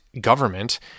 government